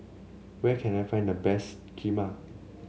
where can I find the best Kheema